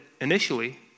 initially